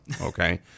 okay